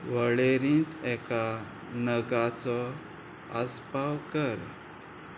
वळेरींत एका नगाचो आस्पाव कर